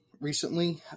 recently